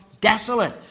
desolate